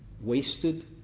wasted